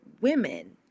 women